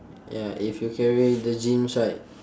ya if you carry the gyms right